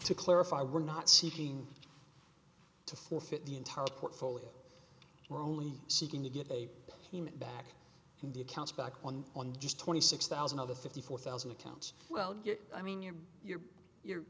to clarify we're not seeking to forfeit the entire portfolio we're only seeking to get a human back in the accounts back on on just twenty six thousand of the fifty four thousand accounts well get i mean you're you're you're